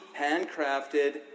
handcrafted